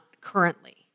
currently